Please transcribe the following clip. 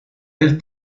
del